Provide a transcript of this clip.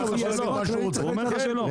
הנה, הוא אומר לך שלא,